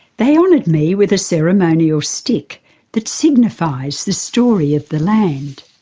they honoured me with a ceremonial stick that signifies the story of the land.